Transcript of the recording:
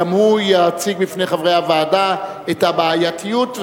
גם הוא יציג בפני חברי הוועדה את הבעייתיות,